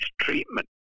treatment